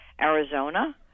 Arizona